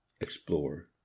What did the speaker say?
explorer